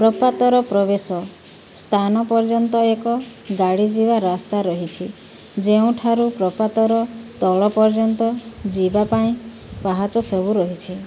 ପ୍ରପାତର ପ୍ରବେଶ ସ୍ଥାନ ପର୍ଯ୍ୟନ୍ତ ଏକ ଗାଡ଼ିଯିବା ରାସ୍ତା ରହିଛି ଯେଉଁଠାରୁ ପ୍ରପାତର ତଳ ପର୍ଯ୍ୟନ୍ତ ଯିବା ପାଇଁ ପାହାଚ ସବୁ ରହିଛି